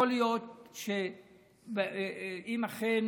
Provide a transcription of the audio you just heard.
יכול להיות שאם אכן